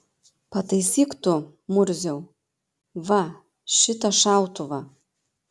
pataisyk tu murziau va šitą šautuvą